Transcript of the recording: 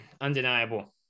undeniable